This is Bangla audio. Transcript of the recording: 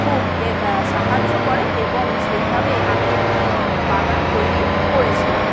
খুব হ্যাঁ আ সাহায্য করে এবং সেইভাবেই আমি একটি বাগান তৈরি করেছিলাম